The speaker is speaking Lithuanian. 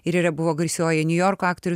ir yra buvo garsioji niujorko aktorių